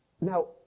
Now